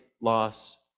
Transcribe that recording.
loss